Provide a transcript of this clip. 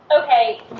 Okay